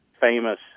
famous